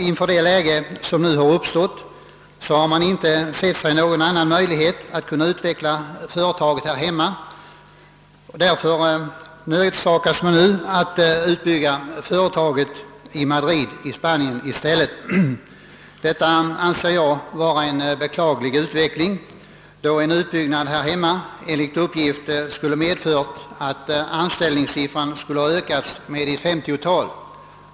I det läge som nu uppstått har man inte sett någon möjlighet att utveckla verksamheten här i landet, utan finner sig i stället nödsakad att bygga ut den del av företaget som är belägen i Madrid. Detta anser jag vara en beklaglig utveckling, då en utbyggnad här hemma enligt uppgift skulle ha medfört att antalet anställda ökade med ett 50 tal.